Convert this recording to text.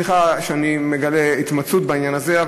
סליחה שאני מגלה התמצאות בעניין הזה,